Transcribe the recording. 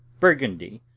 burgundy,